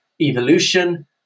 evolution